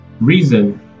reason